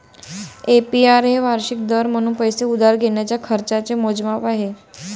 APR हे वार्षिक दर म्हणून पैसे उधार घेण्याच्या खर्चाचे मोजमाप आहे